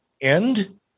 end